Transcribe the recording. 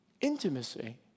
Intimacy